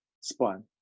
spawn